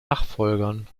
nachfolgern